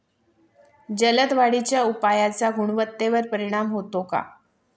जलद वाढीच्या उपायाचा गुणवत्तेवर परिणाम होतो का?